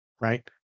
Right